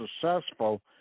successful